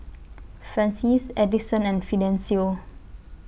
Francies Edison and Fidencio